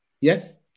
Yes